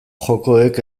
jokoek